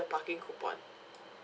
the parking coupon